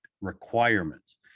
requirements